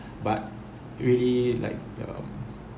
but really like the um